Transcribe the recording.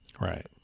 Right